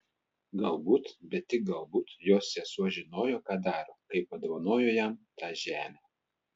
galbūt bet tik galbūt jo sesuo žinojo ką daro kai padovanojo jam tą žemę